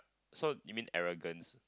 so you mean arrogants